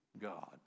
God